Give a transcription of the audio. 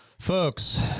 Folks